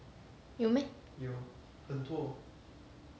有 meh